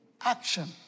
action